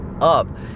up